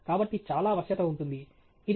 కాబట్టి చాలా వశ్యత ఉంటుంది